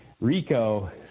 Rico